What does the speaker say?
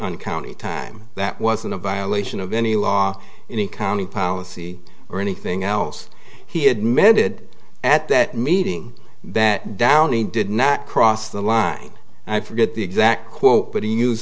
on county time that wasn't a violation of any law in county policy or anything else he admitted at that meeting that downey did not cross the line i forget the exact quote but he use